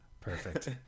perfect